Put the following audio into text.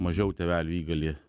mažiau tėveliai įgali